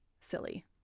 silly